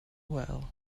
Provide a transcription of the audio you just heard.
well